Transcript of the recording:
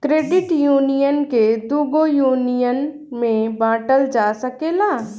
credit union के दुगो union में बॉटल जा सकेला